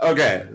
Okay